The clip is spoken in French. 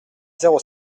zéro